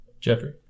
Jeffrey